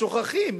שוכחים,